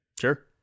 Sure